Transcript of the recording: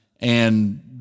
and-